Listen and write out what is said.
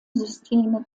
systeme